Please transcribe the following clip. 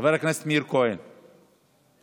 חבר הכנסת מאיר כהן, איננו.